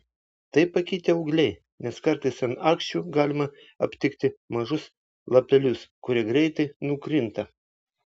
tai pakitę ūgliai nes kartais ant aksčių galima aptikti mažus lapelius kurie greitai nukrinta